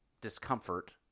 discomfort